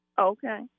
Okay